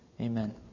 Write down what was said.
Amen